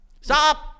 Stop